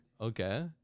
Okay